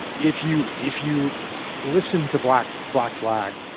if you if you listen to black black flag,